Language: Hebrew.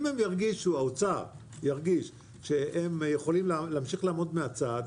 אם האוצר ירגישו שהם יכולים להמשיך לעמוד מהצד,